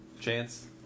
Chance